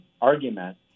argument